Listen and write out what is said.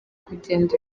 kugenda